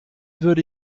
würde